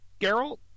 Geralt